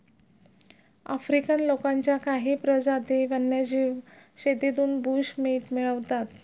African लोकांच्या काही प्रजाती वन्यजीव शेतीतून बुशमीट मिळवतात